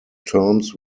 terms